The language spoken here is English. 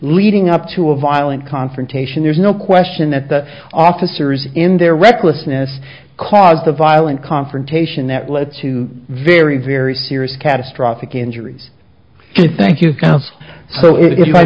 leading up to a violent confrontation there's no question that the officers in their recklessness caused the violent confrontation that led to very very serious catastrophic injuries thank you